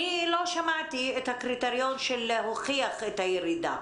אני לא שמעתי את הקריטריון של הוכחה של הירידה.